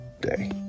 day